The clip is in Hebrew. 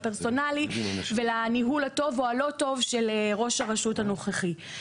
לפרסונלי ולניהול הטוב או הלא טוב של ראש הרשות הנוכחי.